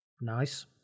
Nice